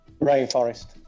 Rainforest